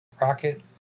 rocket